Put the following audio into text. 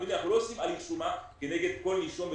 אנחנו לא עושים הליך שומה כנגד כל נישום.